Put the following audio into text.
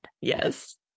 yes